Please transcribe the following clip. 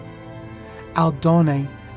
Aldone